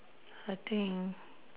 I think